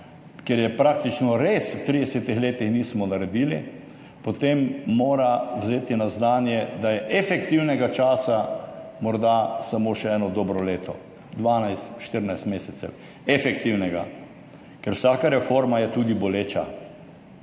ker je praktično res v 30 letih nismo naredili, potem mora vzeti na znanje, da je efektivnega časa morda samo še eno dobro leto, 12 ali 14 mesecev, efektivnega časa, ker je vsaka reforma tudi boleča.